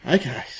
Okay